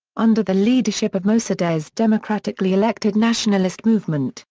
under the leadership of mosaddegh's democratically elected nationalist movement,